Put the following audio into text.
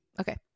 Okay